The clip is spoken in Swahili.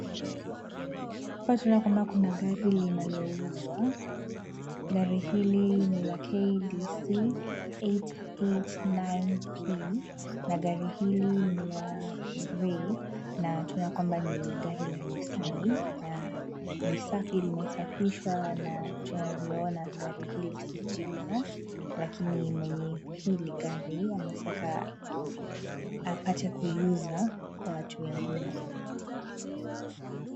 Hapa tunaona kwamba kuna gari linalouzwa. Gari hili ni la KDC 889P na gari hili ni la Grey na tunaona kwamba ni gari la nissani na ni safi limesafishwa na tunavyoona gari hili si jipya lakini mwenye hili gari anataka apate kuiuza kwa watu wengine.